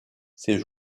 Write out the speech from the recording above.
ces